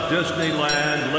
Disneyland